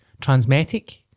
transmetic